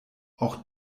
auch